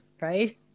right